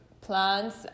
plants